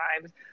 times